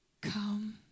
Come